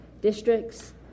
districts